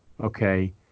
okay